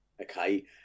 Okay